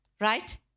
Right